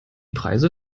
preise